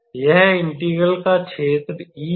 यह इंटीग्रल का क्षेत्र E है